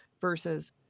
versus